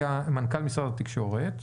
מנכ"ל משרד התקשורת.